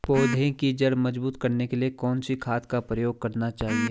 पौधें की जड़ मजबूत करने के लिए कौन सी खाद का प्रयोग करना चाहिए?